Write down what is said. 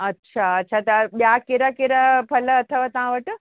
अच्छा अच्छा त ॿिया कहिड़ा कहिड़ा फल अथव तव्हां वटि